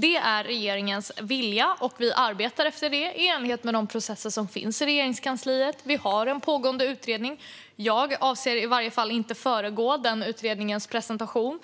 Det är regeringens vilja, och vi arbetar efter den i enlighet med de processer som finns i Regeringskansliet. Det finns en pågående utredning. Jag avser inte att föregå presentationen av utredningen,